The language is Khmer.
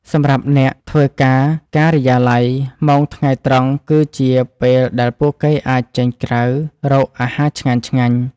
សម្រាប់អ្នកធ្វើការការិយាល័យ ម៉ោងថ្ងៃត្រង់គឺជាពេលដែលពួកគេអាចចេញក្រៅរកអាហារឆ្ងាញ់ៗ។